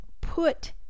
put